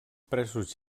presos